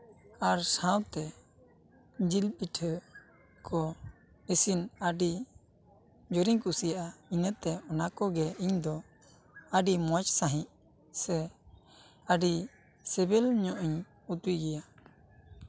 ᱟᱨ ᱥᱟᱶᱛᱮ ᱡᱤᱞ ᱯᱤᱴᱷᱟᱹ ᱠᱚ ᱤᱥᱤᱱ ᱟᱹᱰᱤ ᱡᱳᱨᱤᱧ ᱠᱩᱥᱤᱭᱟᱜᱼᱟ ᱤᱱᱟᱹᱛᱮ ᱚᱱᱟ ᱠᱚᱜᱮ ᱤᱧ ᱫᱚ ᱟᱹᱰᱤ ᱢᱚᱡᱽ ᱥᱟᱹᱦᱤᱡ ᱥᱮ ᱟᱹᱰᱤ ᱥᱤᱵᱤᱞ ᱧᱚᱜ ᱤᱧ ᱩᱛᱩᱭ ᱜᱮᱭᱟ